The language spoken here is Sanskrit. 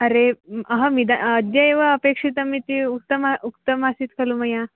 अरे अहम् इद् अद्य एव अपेक्षितमिति उक्तम् उक्तमासीत् खलु मया